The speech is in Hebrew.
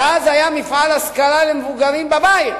ואז היה מפעל השכלה למבוגרים בבית.